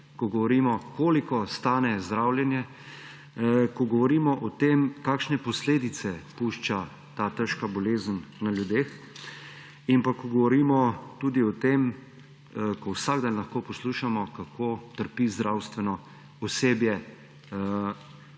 ko govorimo, koliko stane zdravljenje, ko govorimo o tem, kakšne posledice pušča ta težka bolezen na ljudeh, in ko govorimo tudi o tem, ko vsak dan lahko poslušamo, kako trpi zdravstveno osebje.